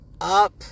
up